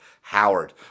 Howard